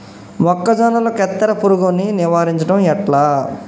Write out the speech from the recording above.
మొక్కజొన్నల కత్తెర పురుగుని నివారించడం ఎట్లా?